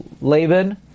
Laban